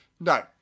No